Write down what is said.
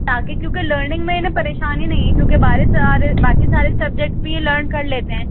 تاکہ کیوںکہ لرننگ میں نا انہیں پریشانی نہیں چوںکہ باقی سارے سبجیکٹس بھی یہ لرن کر لیتے ہیں